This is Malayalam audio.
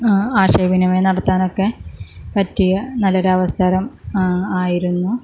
ആശയ വിനിമയം നടത്താനൊക്കെ പറ്റിയ നല്ലൊരു അവസരം ആയിരുന്നു